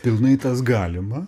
pilnai tas galima